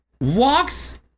walks